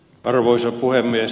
arvoisa puhemies